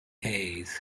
hayes